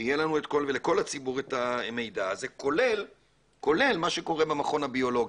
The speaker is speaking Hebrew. שיהיה לכל הציבור את המידע הזה כולל מה שקורה במכון הביולוגי.